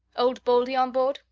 old baldy on board?